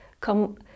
come